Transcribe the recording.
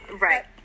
Right